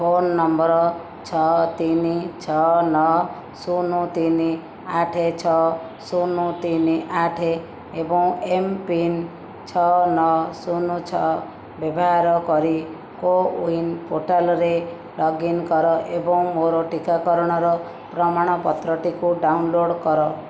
phone number ଛଅ ତିନି ଛଅ ନଅ ଶୁନ ତିନି ଆଠେ ଛଅ ଶୁନ ତିନି ଆଠେ ଏବଂ ଏମ୍ପିନ୍ ଛଅ ନଅ ଶୁନ ଛଅ ବ୍ୟବହାର କରି କୋୱିନ୍ ପୋର୍ଟାଲ୍ରେ ଲଗ୍ଇନ୍ କର ଏବଂ ମୋର ଟିକାକରଣର ପ୍ରମାଣପତ୍ରଟିକୁ ଡାଉନଲୋଡ଼୍ କର